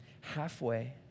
halfway